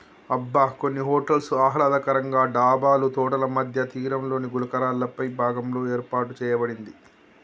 అబ్బ కొన్ని హోటల్స్ ఆహ్లాదకరంగా డాబాలు తోటల మధ్య తీరంలోని గులకరాళ్ళపై భాగంలో ఏర్పాటు సేయబడింది